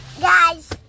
guys